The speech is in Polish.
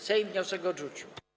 Sejm wniosek odrzucił.